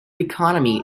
economy